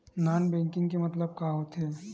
Non banking के मतलब का होथे?